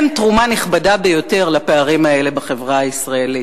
הם תרומה נכבדה ביותר לפערים בחברה הישראלית.